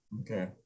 Okay